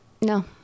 No